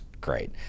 great